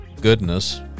goodness